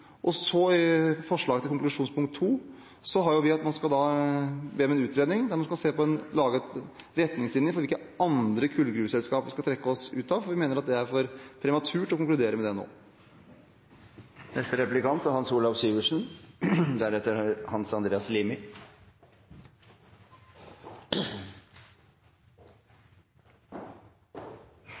kull. Så synliggjorde Slyngstad etterpå i høringen at når det gjaldt rene kullgruveselskaper, var det en investeringsportefølje på ca. 2,5 mrd. kr. Derfor konkluderer vi på akkurat den smale biten. I forslaget til konklusjonspunkt 2 ber vi om en utredning der man skal lage retningslinjer for hvilke andre kullgruveselskaper vi skal trekke oss ut av, for vi mener at det er for prematurt til å konkludere med nå. Det